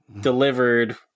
delivered